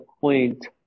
point